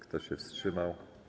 Kto się wstrzymał?